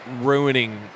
ruining